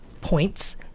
points